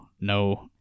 No